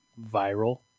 viral